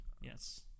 Yes